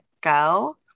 go